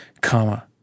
comma